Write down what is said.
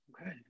Okay